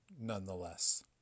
nonetheless